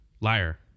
Liar